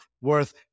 worth